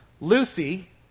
Lucy